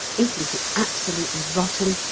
isn't it absolutely rotten?